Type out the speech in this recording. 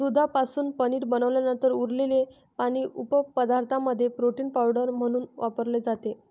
दुधापासून पनीर बनवल्यानंतर उरलेले पाणी उपपदार्थांमध्ये प्रोटीन पावडर म्हणून वापरले जाते